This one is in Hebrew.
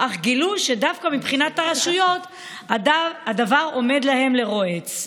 אך גילו שדווקא מבחינת הרשויות הדבר עומד להם לרועץ.